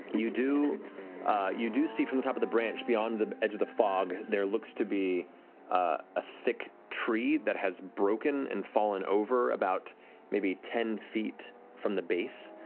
you do you do see from the top of the branch, beyond the edge of the fog, there looks to be a thick tree that has broken and fallen over about ten feet from the base.